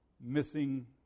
missing